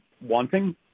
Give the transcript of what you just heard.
wanting